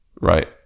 right